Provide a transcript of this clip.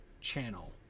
channel